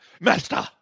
Master